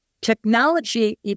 technology